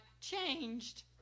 changed